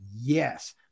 yes